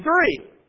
three